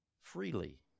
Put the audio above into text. freely